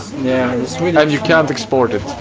yeah and so i mean um you can't export it.